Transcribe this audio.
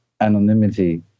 anonymity